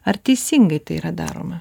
ar teisingai tai yra daroma